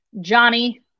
Johnny